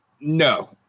No